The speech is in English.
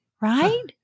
right